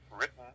written